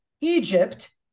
Egypt